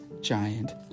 giant